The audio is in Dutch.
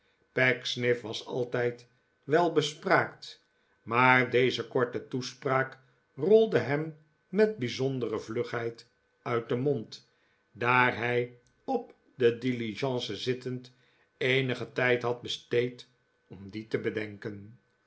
pecksniff was altijd welbespraakt maar deze korte toespraak rolde hem met bijzondere vlugheid uit den mond daar hij op de diligence zittend eenigen tijd had besteed om die te bedenken